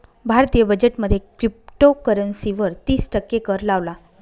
भारतीय बजेट मध्ये क्रिप्टोकरंसी वर तिस टक्के कर लावला